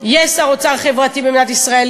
יש שר אוצר חברתי במדינת ישראל,